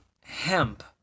hemp